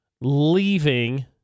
leaving